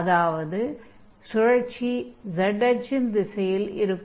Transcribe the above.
அதாவது சுழற்சியின் z அச்சின் திசையில் இருக்கும்